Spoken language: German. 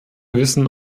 wissen